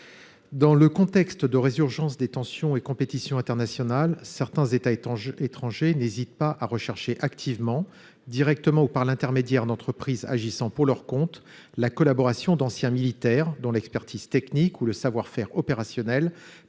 Dans le contexte de résurgence des tensions et compétitions internationales certains États étrangers étrangers n'hésitent pas à rechercher activement directement ou par l'intermédiaire d'entreprises agissant pour leur compte. La collaboration d'anciens militaires dont l'expertise technique ou le savoir-faire opérationnel